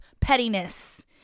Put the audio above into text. pettiness